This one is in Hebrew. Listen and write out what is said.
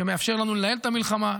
שמאפשר לנו לנהל את המלחמה,